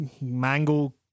mango